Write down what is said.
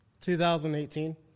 2018